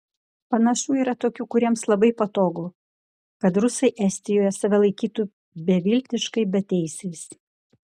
panašu yra tokių kuriems labai patogu kad rusai estijoje save laikytų beviltiškai beteisiais